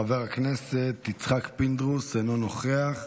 חבר הכנסת יצחק פינדרוס, אינו נוכח.